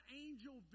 angel